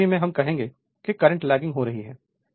उस स्थिति में हम कहेंगे कि करंट लेगिंग हो रही है